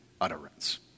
utterance